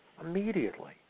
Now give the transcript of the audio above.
Immediately